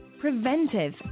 preventive